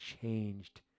changed